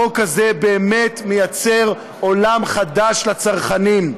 החוק הזה באמת מייצר עולם חדש לצרכנים,